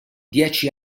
dieci